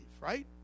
right